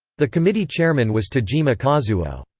the committee chairman was tajima kazuo.